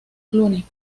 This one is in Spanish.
cluny